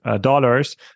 dollars